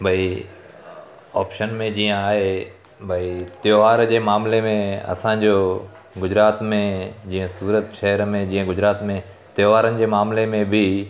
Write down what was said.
भई ऑप्शन में जीअं आए भई त्योहार जे मामले में असांजो गुजरात में जीअं सूरत शहर में जीअं गुजरात में तहिवारनि जे मामले में बि